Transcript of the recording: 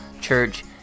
Church